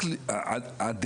אנחנו לא כל כך יכולים.